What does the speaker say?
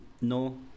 No